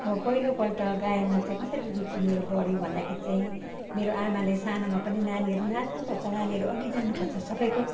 अब पहिलोपल्ट गायनमा चाहिँ कसरी रुचि मेरो बढ्यो भन्दाखेरि चाहिँ मेरो आमाले सानोमा पनि नानीहरू नाच्नु पर्छ नानीहरू अघि जानुपर्छ सबैको